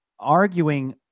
arguing